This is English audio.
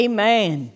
Amen